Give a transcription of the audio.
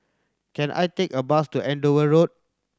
can I take a bus to Andover Road